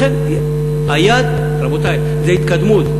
לכן, רבותי, זה התקדמות.